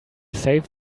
save